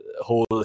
whole